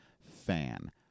fan